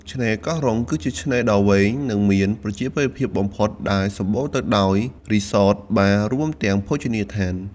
ឆ្នេរកោះរ៉ុង គឺជាឆ្នេរដ៏វែង និងមានប្រជាប្រិយភាពបំផុត ដែលសម្បូរទៅដោយរីសត បារ រួមទាំងភោជនីយដ្ឋាន។